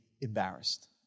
embarrassed